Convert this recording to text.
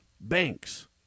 banks